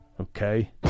okay